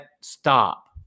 stop